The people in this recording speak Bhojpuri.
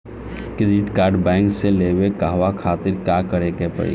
क्रेडिट कार्ड बैंक से लेवे कहवा खातिर का करे के पड़ी?